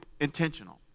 intentional